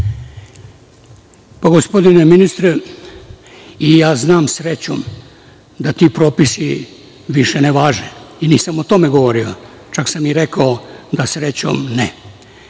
Gospodine ministre, ja znam srećom da ti propisi više ne važe i nisam o tome govorio, čak sam i rekao - da srećom ne.